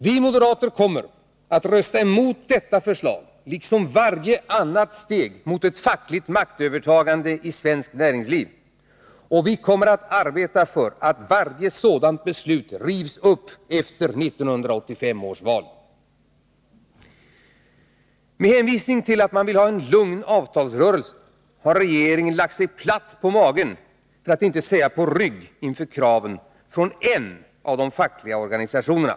Vi moderater kommer att rösta emot detta förslag, liksom varje annat förslag som innebär ett steg mot ett fackligt maktövertagande i svenskt näringsliv. Och vi kommer att arbeta för att varje beslut i en sådan riktning rivs upp efter 1985 års val. Med hänvisning till att man vill ha en lugn avtalsrörelse har regeringen lagt sig platt på magen, för att inte säga på rygg, inför kraven från en av de fackliga organisationerna.